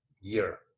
year